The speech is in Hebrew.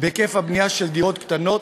בהיקף הבנייה של דירות קטנות,